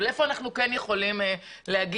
אבל אנחנו כן יכולים לומר